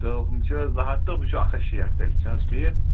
تہٕ ہُم چھِ زٕ ہَتھ تہٕ ہُھ چھُ اَکھ ہَتھ شیٹھ تیٚلہِ چھِ حظ ٹھیٖک